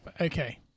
Okay